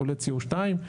פולט CO2,